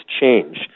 change